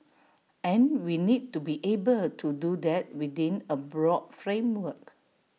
and we need to be able to do that within A broad framework